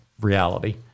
reality